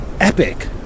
epic